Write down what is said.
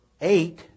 eight